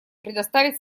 предоставить